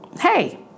hey